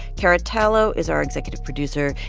cara tallo is our executive producer.